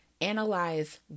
analyze